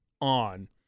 on